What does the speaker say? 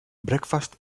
breakfast